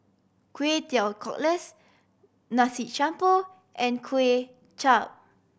Kway Teow Cockles Nasi Campur and Kway Chap